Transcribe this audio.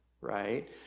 right